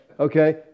Okay